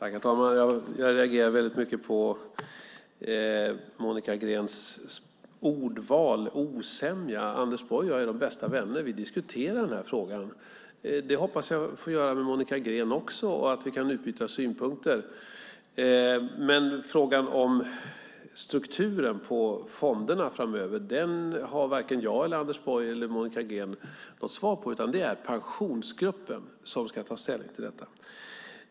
Herr talman! Jag reagerar väldigt mycket på Monica Greens ordval: "osämja". Anders Borg och jag är de bästa vänner, och vi diskuterar den här frågan. Jag hoppas att Monica Green och jag också kan göra det och utbyta synpunkter. Men frågan om strukturen på fonderna framöver har varken jag, Anders Borg eller Monica Green något svar på, utan det är Pensionsgruppen som ska ta ställning till detta.